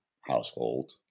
household